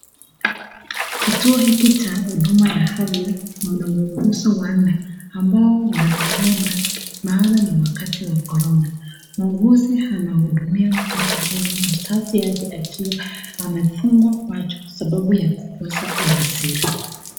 Kituo hiki cha huduma ya afya kina wauguzi wanne ambao wamefalia maski maana ni wakati wa corona . Muuguzi anahudumia mtoto huyu. Mzazi yake akiwa amefunga macho sababu ya kukosa ujasiri.